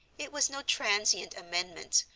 it was no transient amendment,